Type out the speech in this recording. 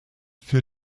für